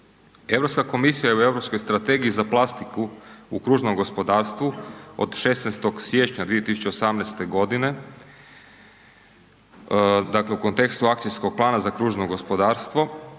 Europska komisija je u Europskoj strategiji za plastiku u kružnom gospodarstvu od 16. siječnja 2018. godine, dakle u kontekstu Akcijskog plana za kružno gospodarstvo